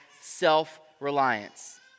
self-reliance